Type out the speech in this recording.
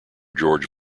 george